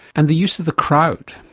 and the use of the crowd,